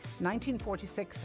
1946